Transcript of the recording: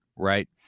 right